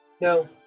No